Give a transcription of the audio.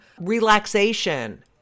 relaxation